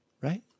Right